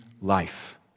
life